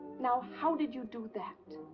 now, how did you do that?